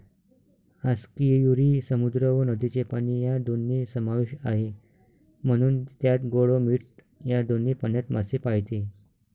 आस्कियुरी समुद्र व नदीचे पाणी या दोन्ही समावेश आहे, म्हणून त्यात गोड व मीठ या दोन्ही पाण्यात मासे पाळते